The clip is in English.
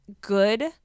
good